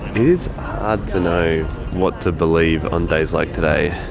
is hard to know what to believe on days like today.